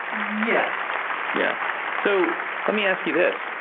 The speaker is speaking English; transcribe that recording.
yes. yes, so let me ask you this.